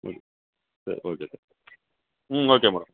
ம் சரி okay okay ம் ஓகே மேடம்